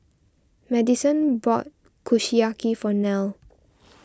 Madyson bought Kushiyaki for Nell